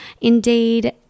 Indeed